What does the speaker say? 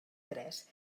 tres